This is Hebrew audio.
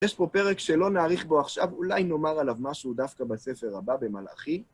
יש פה פרק שלא נאריך בו עכשיו, אולי נאמר עליו משהו דווקא בספר הבא במלאכי.